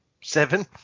seven